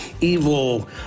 evil